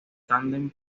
tándem